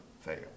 fail